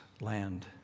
land